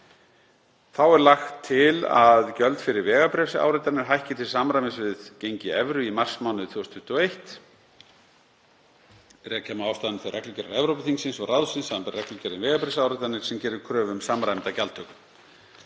Þá er lagt til að gjöld fyrir vegabréfsáritanir hækki til samræmis við gengi evru í marsmánuði 2021. Rekja má ástæðuna til reglugerðar Evrópuþingsins og ráðsins, samanber reglugerð um vegabréfsáritanir, sem gerir kröfu um samræmda gjaldtöku.